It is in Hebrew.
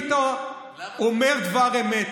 ואם היית אומר דבר אמת,